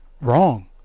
wrong